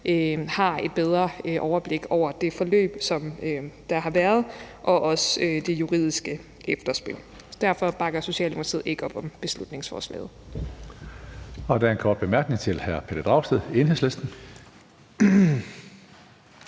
har et bedre overblik over det forløb, der har været, og også det juridiske efterspil. Derfor bakker Socialdemokratiet ikke op om beslutningsforslaget.